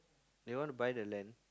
they wanna buy the land